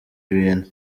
ibintu